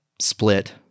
split